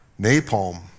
Napalm